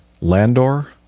Landor